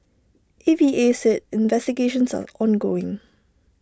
A V A said investigations are ongoing